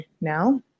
now